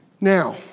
Now